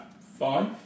five